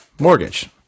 mortgage